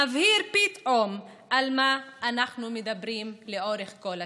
מבהיר פתאום על מה אנחנו מדברים לאורך כל השנים.